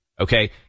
Okay